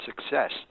success